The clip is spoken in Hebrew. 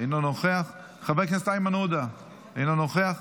אינו נוכח, חבר הכנסת איימן עודה, אינו נוכח,